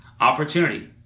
opportunity